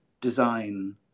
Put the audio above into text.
design